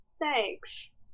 thanks